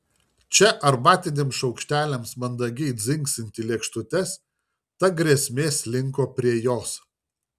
čia arbatiniams šaukšteliams mandagiai dzingsint į lėkštutes ta grėsmė slinko prie jos